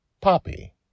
Poppy